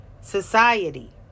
society